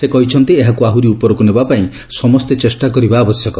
ସେ କହିଛନ୍ତି ଏହାକୁ ଆହୁରି ଉପରକୁ ନେବା ପାଇଁ ସମସ୍ତେ ଚେଷ୍ଟା କରିବା ଆବଶ୍ୟକ